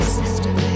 system